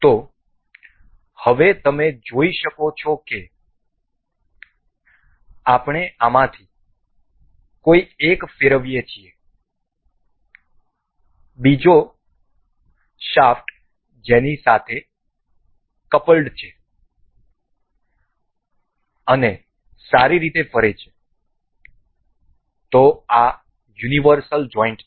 તેથી હવે તમે જોઈ શકો છો કે આપણે આમાંથી કોઈ એક ફેરવીએ છીએ બીજો શાફ્ટ જેની સાથે કપલડ છે અને સારી રીતે ફરે છે તેથી આ યુનિવર્સલ જોઈન્ટ છે